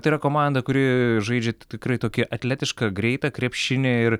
tai yra komanda kuri žaidžia tikrai tokį atletišką greitą krepšinį ir